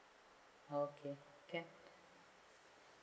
okay can